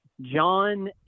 John